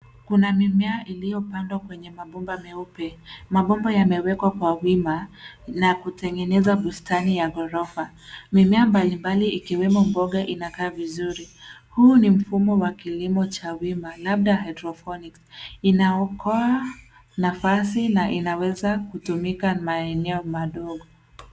Kuna mimea iliyopandwa kwenye mabomba meupe. mabomba yamewekwa kwa wima na kutengeneza bustani ya gorofa. Mimea mbalimbali ikiwemo mboga inakaa vizuri. Huu ni mfumo wa kilimo cha wima labda hydrophonics . Inaokoa nafasi na inaweza kutumika maeneo madogo.